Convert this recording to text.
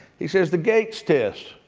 he says, the gates test,